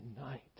night